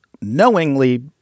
knowingly